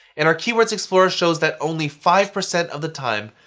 and our keywords explorer shows that only five percent of the time,